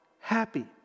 happy